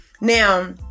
now